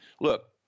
Look